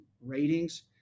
ratings